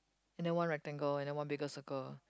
and then one rectangle and then one bigger circle